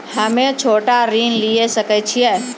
हम्मे छोटा ऋण लिये सकय छियै?